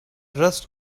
rest